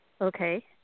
Okay